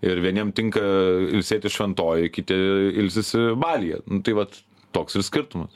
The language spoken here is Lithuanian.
ir vieniem tinka ilsėtis šventojoj kiti ilsisi balyje tai vat toks ir skirtumas